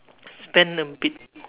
spend a bit